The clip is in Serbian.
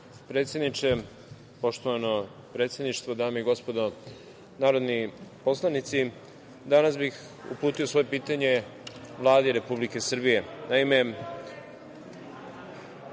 predsedniče. Poštovano predsedništvo, dame i gospodo narodni poslanici, danas bih uputio svoje pitanje Vladi Republike Srbije. Naime,